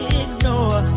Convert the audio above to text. ignore